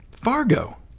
Fargo